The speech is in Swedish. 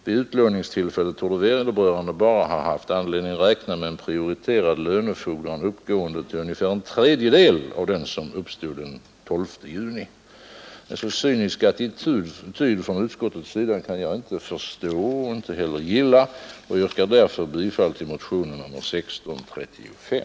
Vid utlåningstillfället torde vederbörande bara haft anledning att räkna med en prioriterad lönefordran uppgående till ungefär en tredjedel av den som uppstod den 11 juni. En så cynisk attityd från utskottets sida kan jag inte förstå och inte gilla, och jag yrkar därför bifall till motionen 1635.